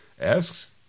asks